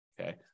Okay